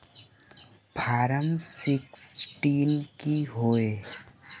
Form sixteen की होय?